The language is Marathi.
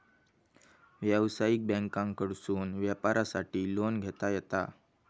व्यवसायिक बँकांकडसून व्यापारासाठी लोन घेता येता